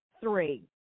three